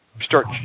start